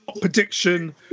prediction